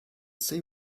see